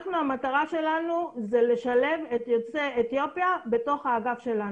המטרה שלנו היא לשלב את יוצאי אתיופיה בתוך האגף שלנו.